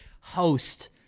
host